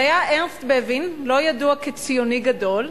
זה היה ארנסט בווין, לא ידוע כציוני גדול.